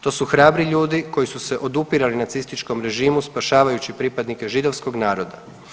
To su hrabri ljudi koji su se odupirali nacističkom režimu spašavajući pripadnike židovskog naroda.